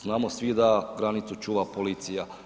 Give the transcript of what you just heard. Znamo svi da granicu čuva policija.